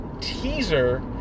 teaser